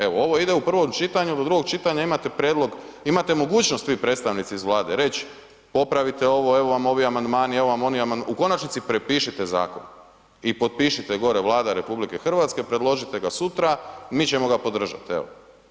Evo ovo ide u prvom čitanju, do drugog čitanja imate prijedlog, imate mogućnost vi predstavnici iz Vlade reć popravite ovo, evo vam ovi amandmani, evo vam oni amandmani, u konačnici, prepišite zakon i potpišite gore Vlada RH, predložite ga sutra, mi ćemo ga podržati, evo.